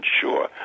sure